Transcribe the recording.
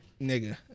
nigga